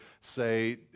say